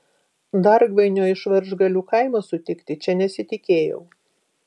dargvainio iš varžgalių kaimo sutikti čia nesitikėjau